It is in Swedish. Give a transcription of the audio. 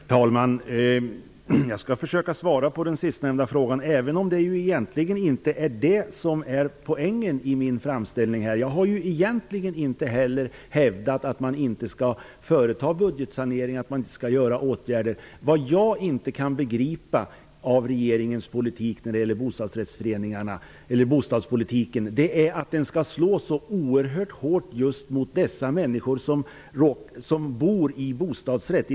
Herr talman! Jag skall försöka besvara den sistnämnda frågan, även om det egentligen inte är poängen med min framställning. Jag har egentligen inte heller hävdat att man inte skall företa budgetsanering och vidta åtgärder. Vad jag inte kan begripa när det gäller regeringens bostadspolitik är att den skall slå så oerhört hårt just mot de människor som bor i bostadsrätt.